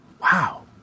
Wow